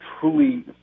truly